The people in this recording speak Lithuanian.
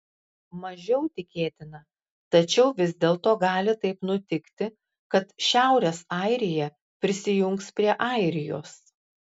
mažiau tikėtina tačiau vis dėlto gali taip nutikti kad šiaurės airija prisijungs prie airijos